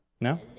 No